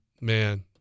Man